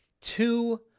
two